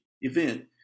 event